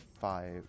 five